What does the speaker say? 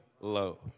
low